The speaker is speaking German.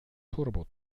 turbo